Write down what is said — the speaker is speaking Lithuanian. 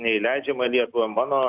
neįleidžiama nieko mano